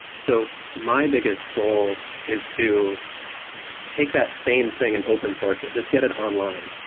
so my biggest goal is to take that same thing and open source. just get it online,